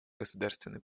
государственной